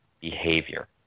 behavior